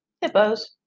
Hippos